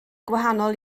gwahanol